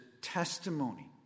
testimony